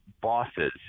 bosses